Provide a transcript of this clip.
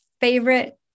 favorite